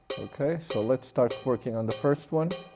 okay so let's start working on the first one,